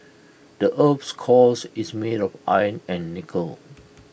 the Earth's cores is made of iron and nickel